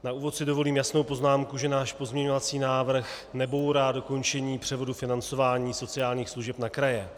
Na úvod si dovolím jasnou poznámku, že náš pozměňovací návrh nebourá dokončení převodu financování sociálních služeb na kraje.